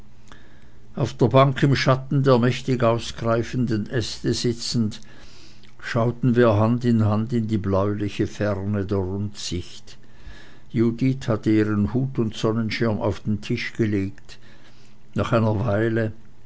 auf der bank im schatten der mächtig ausgreifenden aste sitzend schauten wir hand in hand in die bläuliche ferne der rundsicht judith hatte ihren hut und sonnenschirm auf den tisch gelegt nach einer weile